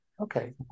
Okay